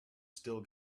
still